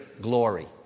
glory